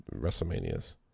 WrestleManias